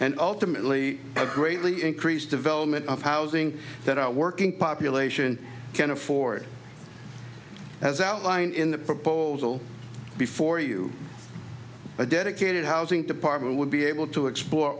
and ultimately a greatly increased development of housing that our working population can afford as outlined in the proposal before you a dedicated housing department would be able to explore